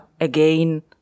again